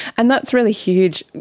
and that's really huge.